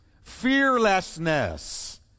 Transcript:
Fearlessness